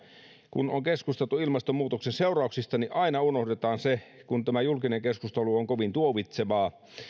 kun on keskusteltu ilmastonmuutoksen seurauksista niin aina unohdetaan se kun tämä julkinen keskustelu on kovin tuomitsevaa